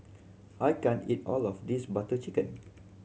I can't eat all of this Butter Chicken